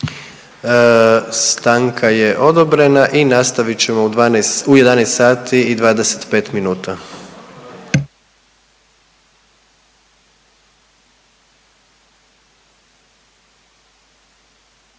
Stanka je odobrena i nastavit ćemo u 11